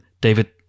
David